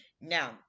now